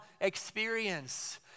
experience